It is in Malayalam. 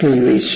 ക്ലീവേജ്